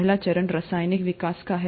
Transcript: पहला चरण रासायनिक विकास का है